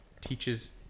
teaches